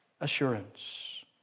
assurance